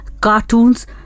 cartoons